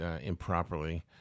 improperly